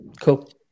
cool